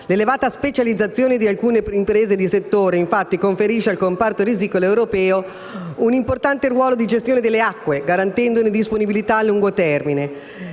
L'elevata specializzazione di alcune imprese di settore conferisce al comparto risicolo europeo un importante ruolo di gestione delle acque, garantendone disponibilità a lungo termine.